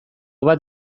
bat